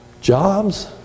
jobs